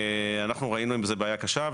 אנחנו ראינו עם זה בעיה קשה,